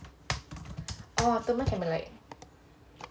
orh entertainment can be like